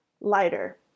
lighter